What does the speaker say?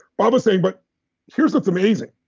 bob was saying. but here's what's amazing,